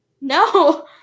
No